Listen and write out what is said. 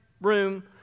room